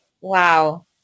wow